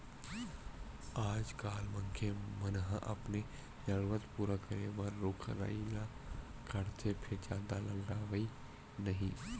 आजकाल मनखे मन ह अपने जरूरत पूरा करे बर रूख राई ल काटथे फेर जादा लगावय नहि